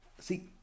See